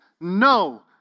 No